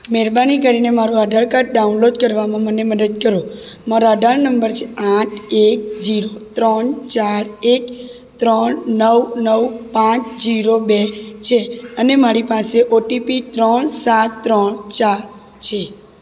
મહેરબાની કરીને મારું આધાર કાર્ડ ડાઉનલોડ કરવામાં મને મદદ કરો મારા આધાર નંબર છે આઠ એક જીરો ત્રણ ચાર એક ત્રણ નવ નવ પાંચ જીરો બે છે અને મારી પાસે ઓટીપી ત્રણ સાત ત્રણ ચાર છે